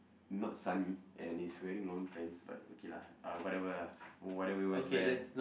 not sunny and he's wearing long pants but okay lah uh whatever lah whatever he wants to wear